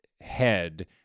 head